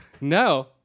no